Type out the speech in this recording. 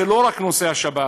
זה לא רק נושא השבת.